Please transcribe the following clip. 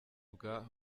bwa